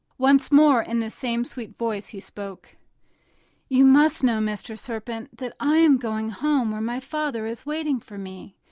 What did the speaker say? once more, in the same sweet voice, he spoke you must know, mr. serpent, that i am going home where my father is waiting for me.